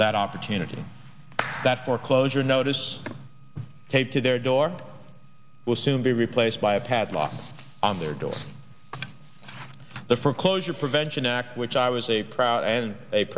that opportunity that foreclosure notice taped to their door will soon be replaced by a padlock on their door the foreclosure prevention act which i was a proud and